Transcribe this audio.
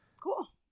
Cool